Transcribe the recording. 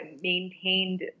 maintained